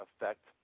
affect